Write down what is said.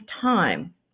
time